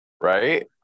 Right